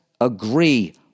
agree